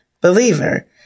believer